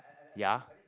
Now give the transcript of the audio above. ya